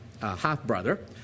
half-brother